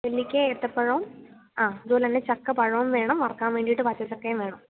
നെല്ലിക്കയും ഏത്തപ്പഴവും ആ അതുപോലെതന്നെ ചക്കപ്പഴവും വേണം വറക്കാന് വേണ്ടിയിട്ട് പച്ചച്ചക്കയും വേണം